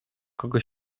kogo